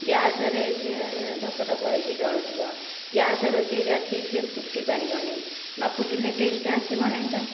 ଗ୍ୟାସରେ ଧପ ଧପ ହୋଇକି ଜଳୁଥିବ ଗ୍ୟାସ ରୋଷେଇଟା ଠିକ୍ ସେ ଫୁଟିପାରିବନି ନ ଫୁଟିଲେ ଟେଷ୍ଟ ଆସିବ ନାହିଁ ତ